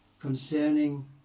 concerning